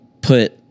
put